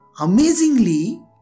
amazingly